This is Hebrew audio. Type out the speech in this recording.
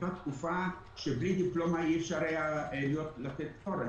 הייתה תקופה שבלי דיפלומה אי אפשר היה לתת פטור.